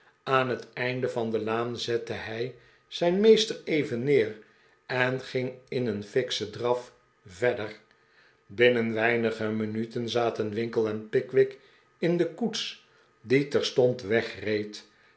aan het einde van de laan zette hij zijn meester even neer en ging in een fikschen draf verder binnen weinige minuten zaten winkle en pickwick in de koets die terstond wegreed